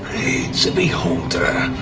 so beholder,